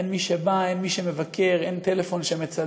אין מי שבא, אין מי שמבקר, אין טלפון שמצלצל.